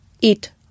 eat